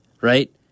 right